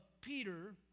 Peter